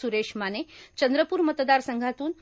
सुरेश माने चंद्रपूर मतदार संघातून